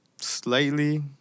slightly